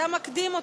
אתה מקדים אותי.